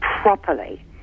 properly